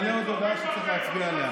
כעת אני מעלה עוד הודעה, שצריך להצביע עליה.